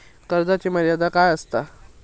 कर्जाची मर्यादा काय असता?